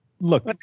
Look